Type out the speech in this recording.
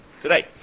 today